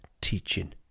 teaching